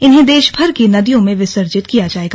इन्हें देशभर की नदियों में विसर्जित किया जाएगा